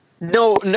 No